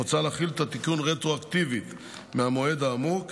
מוצע להחיל את התיקון רטרואקטיבית מהמועד האמור,